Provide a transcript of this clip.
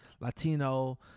latino